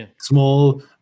small